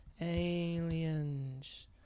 Aliens